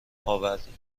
آوردیم